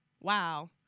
wow